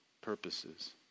purposes